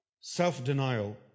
self-denial